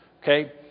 Okay